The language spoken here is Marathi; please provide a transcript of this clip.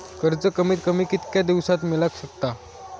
कर्ज कमीत कमी कितक्या दिवसात मेलक शकता?